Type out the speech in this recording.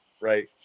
right